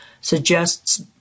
suggests